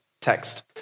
text